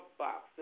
box